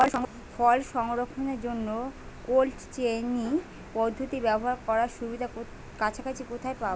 ফল সংরক্ষণের জন্য cold chain পদ্ধতি ব্যবহার করার সুবিধা কাছাকাছি কোথায় পাবো?